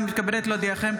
אני מתכבדת להודיעכם,